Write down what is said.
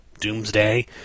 Doomsday